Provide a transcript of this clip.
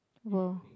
!woah!